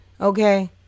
okay